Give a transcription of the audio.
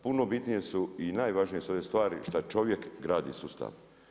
Puno bitnije su i najvažnije su one stvari što čovjek gradi sustav.